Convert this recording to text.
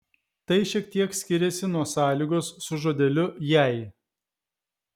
tai šiek tiek skiriasi nuo sąlygos su žodeliu jei